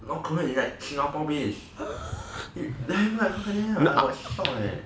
what korean is like singapore base then I was like shocked leh